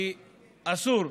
כי אסור,